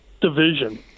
division